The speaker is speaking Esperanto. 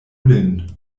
lin